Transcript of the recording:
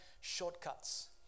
shortcuts